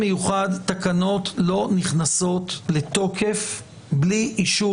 המיוחד תקנות לא נכנסות לתוקף בלי אישור